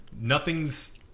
nothing's